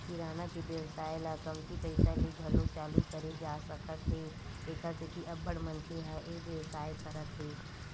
किराना के बेवसाय ल कमती पइसा ले घलो चालू करे जा सकत हे तेखर सेती अब्बड़ मनखे ह ए बेवसाय करत हे